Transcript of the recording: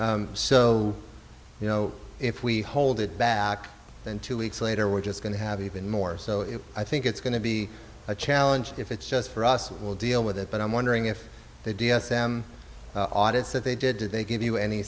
containers so you know if we hold it back then two weeks later we're just going to have even more so if i think it's going to be a challenge if it's just for us we'll deal with it but i'm wondering if they d s m audits that they did did they give you any